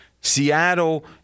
Seattle